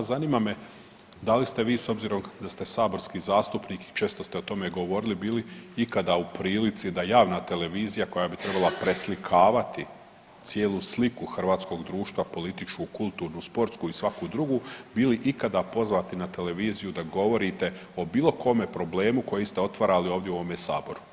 Zanima me da li ste vi s obzirom da ste saborski zastupnik i često ste o tome govorili bili ikada u prilici da javna televizija koja bi trebala preslikavati cijelu sliku hrvatskog društva političku, kulturnu, sportsku i svaku drugu bili ikada pozvani na televiziju da govorite o bilo kome problemu koji ste otvarali ovdje u ovome saboru.